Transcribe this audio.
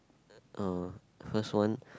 uh first one